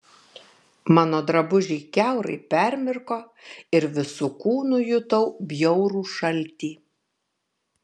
mano drabužiai kiaurai permirko ir visu kūnu jutau bjaurų šaltį